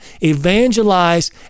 Evangelize